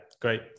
great